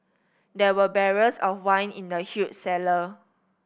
there were barrels of wine in the huge cellar